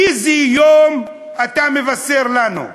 איזה יום אתה מבשר לנו?